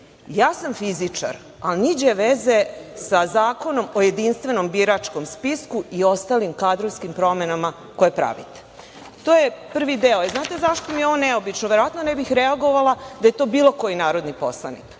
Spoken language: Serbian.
Ja sam fizičar, ali niđe veze sa Zakonom o jedinstvenom biračkom spisku i ostalim kadrovskim promenama koje pravite. To je prvi deo. Znate li zašto mi je ovo neobično? Verovatno ne bih reagovala da je to bilo koji narodni poslanik,